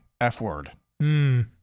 F-word